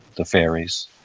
the fairies,